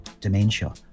dementia